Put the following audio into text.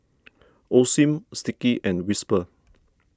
Osim Sticky and Whisper